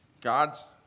God's